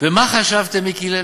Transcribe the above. ומה חשבתם, מיקי לוי,